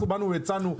לא נפתור עכשיו את הבעיה.